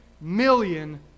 million